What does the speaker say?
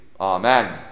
Amen